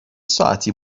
ساعتی